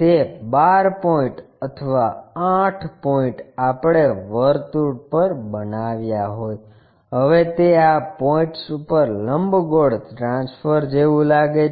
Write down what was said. તે તે 12 પોઇન્ટ અથવા 8 પોઇન્ટ આપણે વર્તુળ પર બનાવ્યા હોય હવે તે આ પોઇન્ટ્સ ઉપર લંબગોળ ટ્રાન્સફર જેવું લાગે છે